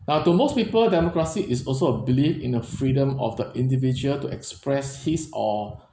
but to most people democracy is also a belief in a freedom of the individual to express his or